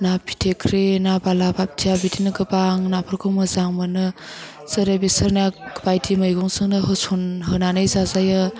ना फिथिख्रि ना बालाबाथिया बिदिनो गोबां नाफोरखौ मोजां मोनो जेरै बिसोर नाया बायदि मैगंजोंनो होसनहोनानै जाजायो